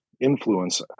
influence